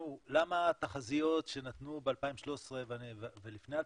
למה התחזיות שנתנו ב-2013 ולפני 2013,